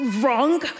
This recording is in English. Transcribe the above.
wrong